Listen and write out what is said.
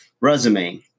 resume